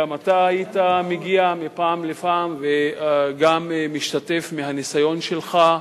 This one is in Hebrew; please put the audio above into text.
וגם אתה היית מגיע מפעם לפעם וגם משתף מהניסיון שלך.